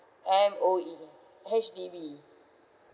M_O_E H_D_B